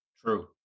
True